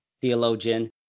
theologian